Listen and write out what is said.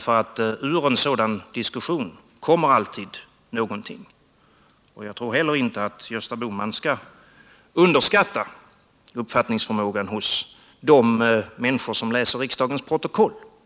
Ur en sådan diskussion kommer det nämligen alltid ut någonting. Jag vill vidare säga att Gösta Bohman nog inte skall underskatta uppfattningsförmågan hos de människor som läser riksdagens protokoll.